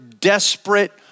desperate